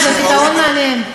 זה פתרון מעניין.